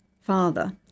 father